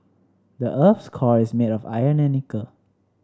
the earth's core is made of iron and nickel